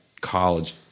college